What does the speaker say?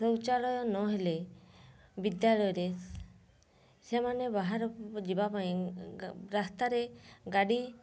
ଶୌଚାଳୟ ନହେଲେ ବିଦ୍ୟାଳୟରେ ସେମାନେ ବାହାରକୁ ଯିବାପାଇଁ ରାସ୍ତାରେ ଗାଡ଼ି